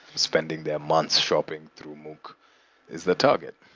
spending their months shopping through mookh is the target